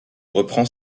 reprend